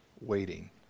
Waiting